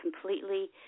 completely